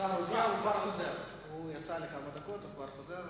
השר יצא לכמה דקות והוא כבר חוזר.